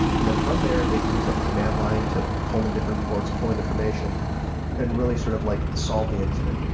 and then from there, they can use that command line to pull in different ports, pull in information and really sort of like solve the incident.